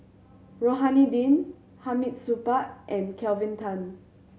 Rohani Din Hamid Supaat and Kelvin Tan